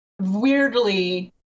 weirdly